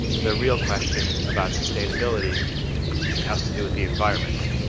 the real question about sustainability has to do with the environment.